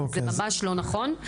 זה ממש לא נכון.